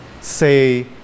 say